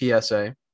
PSA